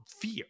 fear